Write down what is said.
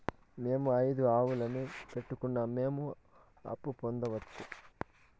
మేము ఐదు ఆవులని పెట్టుకున్నాం, మేము అప్పు పొందొచ్చా